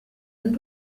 ndi